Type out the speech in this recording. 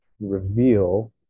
reveal